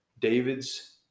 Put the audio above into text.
David's